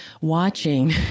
watching